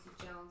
Jones